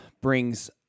brings